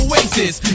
Oasis